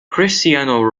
cristiano